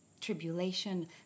tribulation